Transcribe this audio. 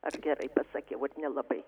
ar gerai pasakiau ar nelabai